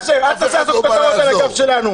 אשר, אל תעשה כותרות על הגב שלנו.